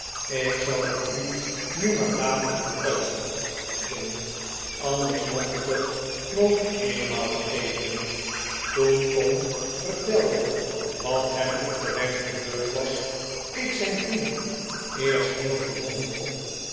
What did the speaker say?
ik zal het u nu maar dadelijk vertellen john anders mocht ik het nog heelemaal vergeten toen tom vertelde wat hem op de weff gebeurd was keek zijn vriend eerst heel verwonderd op